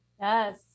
Yes